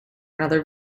another